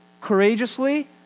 courageously